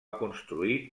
construir